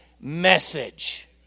message